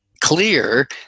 clear